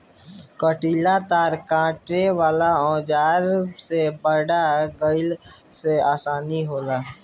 कंटीला तार काटे वाला औज़ार से बाड़ लगईले में आसानी होला